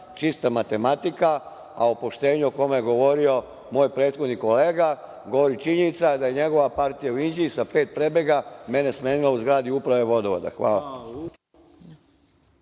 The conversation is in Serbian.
čista matematika, a o poštenju o kome je govorio moj prethodni kolega govori činjenica da je njegova partija u Inđiji sa pet prebega mene smenila u zgradi Uprave vodovoda. Hvala.